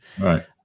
right